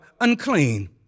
unclean